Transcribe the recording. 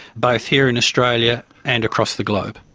both here in australia and across the globe.